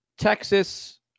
Texas